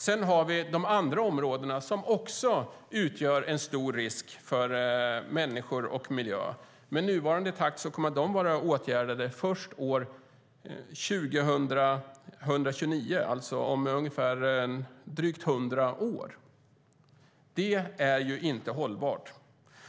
Sedan har vi de andra områdena som också utgör en stor risk för människor och miljö. Med nuvarande takt kommer de att vara åtgärdade först år 2029, alltså om drygt hundra år. Det är inte hållbart.